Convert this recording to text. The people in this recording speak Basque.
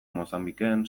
mozambiken